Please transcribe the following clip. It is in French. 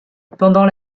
pendant